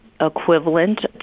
equivalent